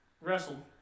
wrestled